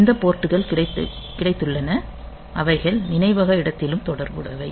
இந்த போர்ட் கள் கிடைத்துள்ளன அவைகள் நினைவக இடத்திலும் தொடர்புடையவை